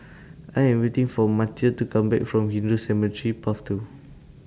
I Am waiting For Matteo to Come Back from Hindu Cemetery Path two